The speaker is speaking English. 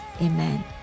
Amen